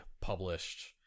published